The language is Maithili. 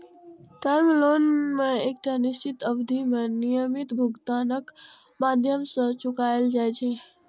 टर्म लोन कें एकटा निश्चित अवधि मे नियमित भुगतानक माध्यम सं चुकाएल जाइ छै